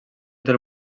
del